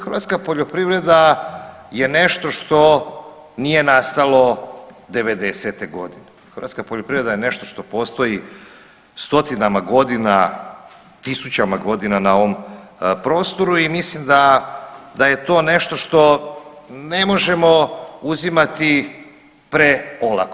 Hrvatska poljoprivreda je nešto što nije nastalo '90.-te godine, hrvatska poljoprivreda je nešto što postoji 100-tinama godina, 1000-ćama godina na ovom prostoru i mislim da, da je to nešto što ne možemo uzimati preolako.